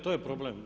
To je problem.